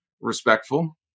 respectful